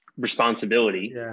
responsibility